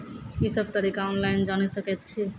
ई सब तरीका ऑनलाइन जानि सकैत छी?